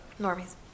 normies